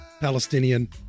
Palestinian